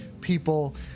people